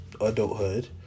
adulthood